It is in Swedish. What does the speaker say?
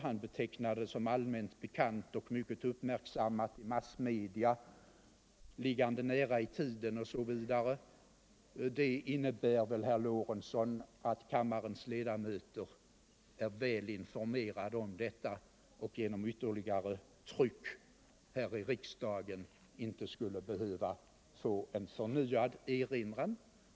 Han betecknade det som allmänt bekant och mycket uppmärksammat i massmedia, liggande nära i tiden osv. Det innebär väl, herr Lorentzon, att kammarens ledamöter är väl informerade om detta och genom ytterligare tryck här i riksdagen inte skulle behöva få en förnyad erinran.